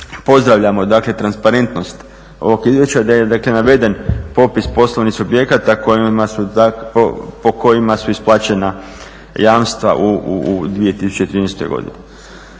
pozdravljamo dakle transparentnost ovog izvješća gdje je dakle naveden popis poslovnih subjekata po kojima su isplaćena jamstva u 2013. godini.